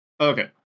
Okay